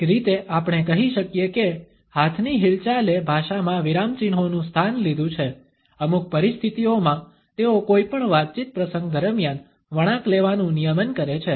એક રીતે આપણે કહી શકીએ કે હાથની હિલચાલએ ભાષામાં વિરામચિહ્નોનું સ્થાન લીધું છે અમુક પરિસ્થિતિઓમાં તેઓ કોઈપણ વાતચીત પ્રસંગ દરમિયાન વળાંક લેવાનું નિયમન કરે છે